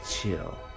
chill